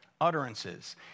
utterances